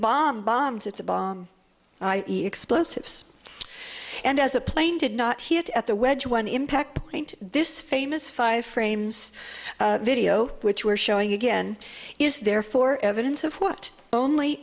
bomb bombs it's a bomb explosives and as a plane did not hit at the wedge one impact point this famous five frames video which we're showing again is therefore evidence of what only